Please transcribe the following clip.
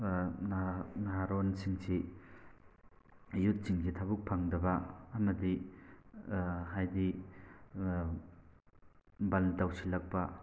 ꯅꯍꯥꯔꯣꯟꯁꯤꯡꯁꯤ ꯌꯨꯠꯁꯤꯡꯁꯤ ꯊꯕꯛ ꯐꯪꯗꯕ ꯑꯃꯗꯤ ꯍꯥꯏꯗꯤ ꯕꯟ ꯇꯧꯁꯤꯜꯂꯛꯄ